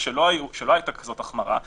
אני פותח את הישיבה בנושא: הצעת חוק קיום